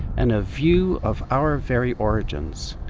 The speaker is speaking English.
and a view of our very origins.